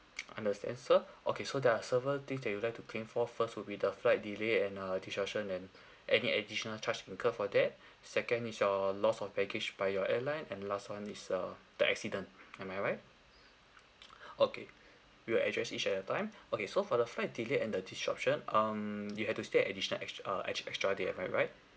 understand sir okay so there are several things that you like to claim for first would be the flight delay and uh disruption and any additional charge incurred for that second is your loss of baggage by your airline and last one is uh the accident am I right okay we address each at a time okay so for the flight delay and the disruption um you have to stay additional ex~ uh ex~ extra day am I right